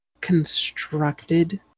constructed